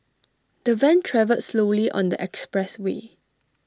the van travelled slowly on the expressway